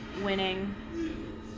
winning